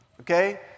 okay